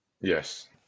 Yes